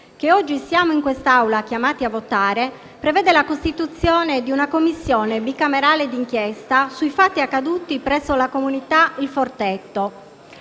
che oggi siamo in quest'Aula chiamati a votare, prevede la costituzione di una Commissione bicamerale di inchiesta sui fatti accaduti presso la comunità «Il Forteto».